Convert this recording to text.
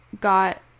got